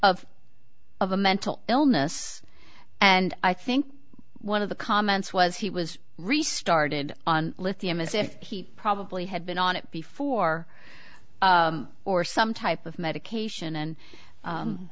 of of a mental illness and i think one of the comments was he was restarted on lithium as if he probably had been on it before or some type of medication and